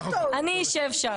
אני אשב שם.